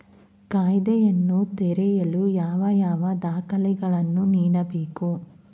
ಖಾತೆಯನ್ನು ತೆರೆಯಲು ಯಾವ ಯಾವ ದಾಖಲೆಗಳನ್ನು ನೀಡಬೇಕು?